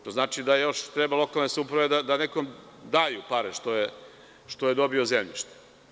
To znači da još treba lokalne samouprave da nekom daju pare što je dobio zemljište.